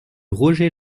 roger